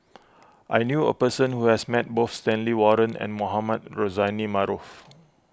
I knew a person who has met both Stanley Warren and Mohamed Rozani Maarof